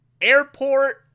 airport